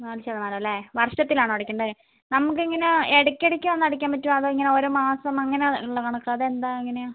നാല് ശതമാനം അല്ലേ വർഷത്തിലാണോ അടയ്ക്കേണ്ടത് നമുക്കിങ്ങനെ ഇടയ്ക്കിടയ്ക്ക് വന്ന് അടയ്ക്കാൻ പറ്റുവോ അതോ ഇങ്ങനെ ഓരോ മാസം അങ്ങനെയുള്ള കണക്ക് അത് എന്താണ് എങ്ങനെയാണ്